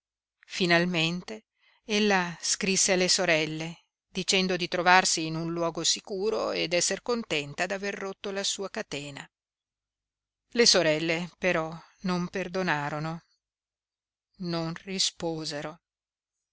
notizie finalmente ella scrisse alle sorelle dicendo di trovarsi in un luogo sicuro e d'esser contenta d'aver rotto la sua catena le sorelle però non perdonarono non risposero